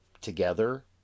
together